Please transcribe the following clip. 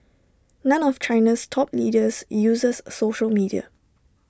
none of China's top leaders uses social media